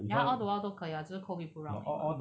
ya lah all the while 可以 ah 只是 COVID 不让而已